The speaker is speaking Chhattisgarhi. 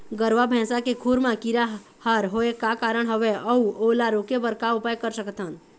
गरवा भैंसा के खुर मा कीरा हर होय का कारण हवए अऊ ओला रोके बर का उपाय कर सकथन?